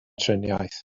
triniaeth